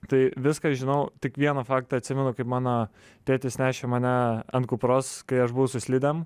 tai viską žinau tik vieną faktą atsimenu kaip mano tėtis nešė mane ant kupros kai aš buvau su slidėm